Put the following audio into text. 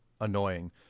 annoying